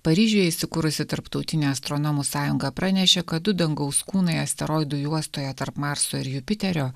paryžiuje įsikūrusi tarptautinė astronomų sąjunga pranešė kad du dangaus kūnai asteroidų juostoje tarp marso ir jupiterio